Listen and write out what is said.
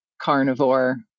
carnivore